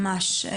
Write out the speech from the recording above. ממש,